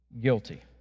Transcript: guilty